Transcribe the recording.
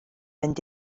mynd